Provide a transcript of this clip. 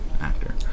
actor